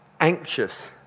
anxious